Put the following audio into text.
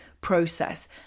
process